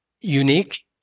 unique